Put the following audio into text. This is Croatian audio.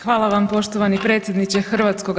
Hvala vam poštovani predsjedniče HS.